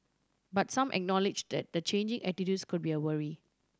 but some acknowledged that the changing attitudes could be a worry